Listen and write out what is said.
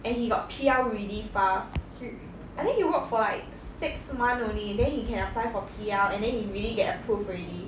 and he got P_R really fast I think he worked for like six month only then he can apply for P_R and then it really get approved already